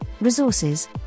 resources